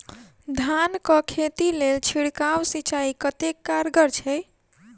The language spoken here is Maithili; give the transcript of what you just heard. धान कऽ खेती लेल छिड़काव सिंचाई कतेक कारगर छै?